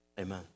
Amen